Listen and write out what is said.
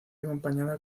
acompañada